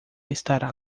estará